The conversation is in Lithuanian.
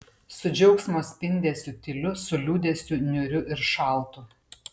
su džiaugsmo spindesiu tyliu su liūdesiu niūriu ir šaltu